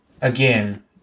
again